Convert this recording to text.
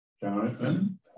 Jonathan